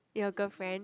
your girlfriend